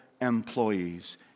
employees